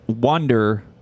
wonder